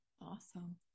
Awesome